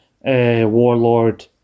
warlord